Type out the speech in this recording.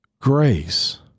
grace